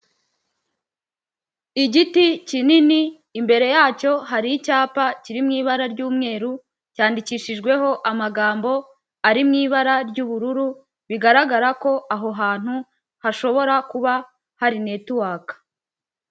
Igiti kinini, imbere yacyo hari icyapa kiri mu ibara ry'umweru, cyandikishijweho amagambo ari mu ibara ry'ubururu, bigaragara ko aho hantu hashobora kuba hari Netiwaka.